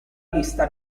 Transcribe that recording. lista